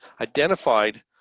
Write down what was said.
identified